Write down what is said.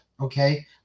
okay